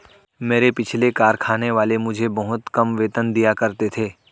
मेरे पिछले कारखाने वाले मुझे बहुत कम वेतन दिया करते थे